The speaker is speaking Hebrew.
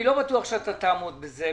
אני לא בטוח שאתה תעמוד בזה,